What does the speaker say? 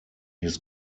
his